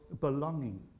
belonging